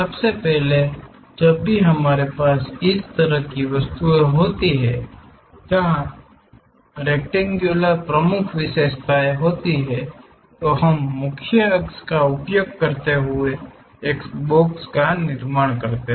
सबसे पहले जब भी हमारे पास इस तरह की वस्तुएं होती हैं जहां रेक्तेंग्युलर प्रमुख विशेषताएं होती हैं तो हम मुख्य अक्ष का उपयोग करते हुए एक बॉक्स का निर्माण करते हैं